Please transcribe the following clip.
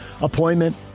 appointment